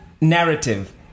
narrative